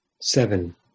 seven